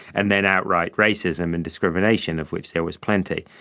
and then outright racism and discrimination, of which there was plenty.